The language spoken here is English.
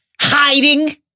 hiding